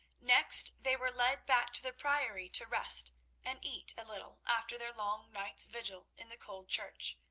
next they were led back to the priory to rest and eat a little after their long night's vigil in the cold church,